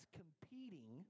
competing